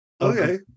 okay